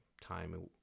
time